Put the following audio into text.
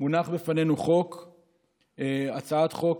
הונחה בפנינו הצעת חוק,